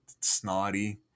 snotty